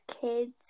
kids